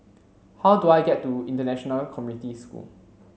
how do I get to International Community School